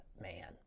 man